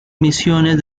misiones